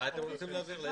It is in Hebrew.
למתי אתם רוצים להזיז?